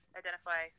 identify